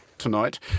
tonight